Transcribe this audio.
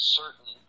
certain